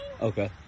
Okay